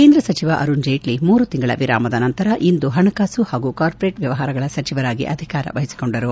ಕೇಂದ್ರ ಸಚಿವ ಅರುಣ್ ಜೇಟ್ಲ ಮೂರು ತಿಂಗಳ ವಿರಾಮದ ನಂತರ ಇಂದು ಹಣಕಾಸು ಹಾಗೂ ಕಾರ್ಪೋರೇಟ್ ವ್ಯವಹಾರಗಳ ಸಚಿವರಾಗಿ ಅಧಿಕಾರ ವಹಿಸಿಕೊಂಡರು